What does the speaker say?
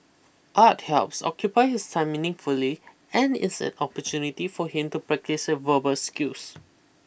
art helps occupy his time meaningfully and is an opportunity for him to practise his verbal skills